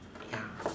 ya